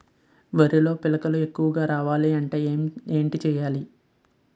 వరిలో పిలకలు ఎక్కువుగా రావాలి అంటే ఏంటి చేయాలి?